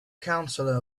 counselor